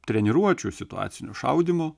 treniruočių situacinio šaudymo